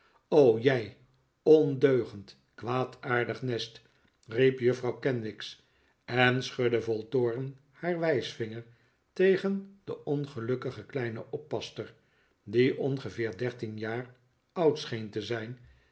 jij ondeugend kwaadaardig nest riep juffrouw kenwigs en schudde vol toorn haar wijsvinger tegen de ongelukkige kleihe oppasster die ongeveer dertien jaar oud scheen te zijn